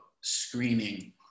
screening